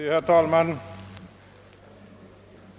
Herr talman!